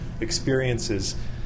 experiences